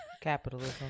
capitalism